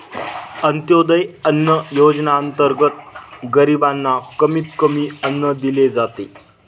अंत्योदय अन्न योजनेअंतर्गत गरीबांना कमी किमतीत अन्न दिले जाते